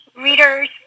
readers